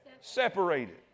separated